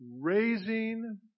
raising